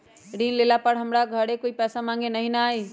ऋण लेला पर हमरा घरे कोई पैसा मांगे नहीं न आई?